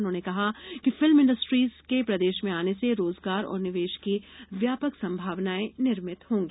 उन्होंने कहा कि फिल्म इंडस्ट्रीज के प्रदेश में आने से रोजगार और निवेश की व्यापक संभावनाएं निर्मित होंगी